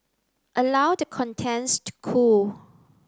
allow the contents to cool